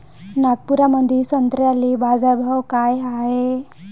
नागपुरामंदी संत्र्याले बाजारभाव काय हाय?